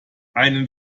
einen